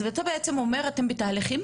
אז אתה בעצם אומר שאתם כרגע בתהליכים